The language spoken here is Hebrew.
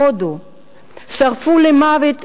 בהודו שרפו למוות